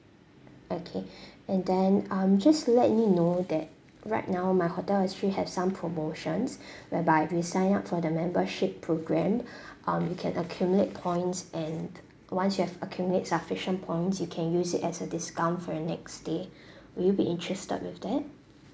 okay and then um just to let you know that right now my hotel actually have some promotions whereby if you sign up for the membership programme um you can accumulate points and once you have accumulate sufficient points you can use it as a discount for your next stay will you be interested with that